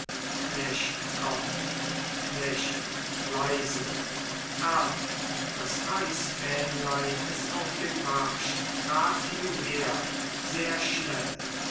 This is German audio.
knecht kommt knecht leise herr das reichsfähnlein ist auf dem marsch grad hieher sehr schnell